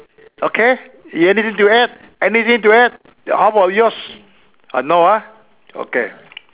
okay you anything to add anything to add how about yours ah no ah okay